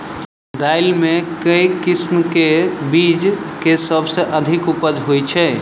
दालि मे केँ किसिम केँ बीज केँ सबसँ अधिक उपज होए छै?